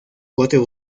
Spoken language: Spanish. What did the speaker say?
cuatro